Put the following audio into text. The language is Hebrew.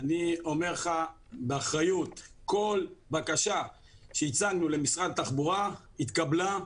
אני אומר לך באחריות כל בקשה שהצגנו למשרד התחבורה התקבלה.